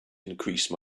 increase